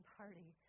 party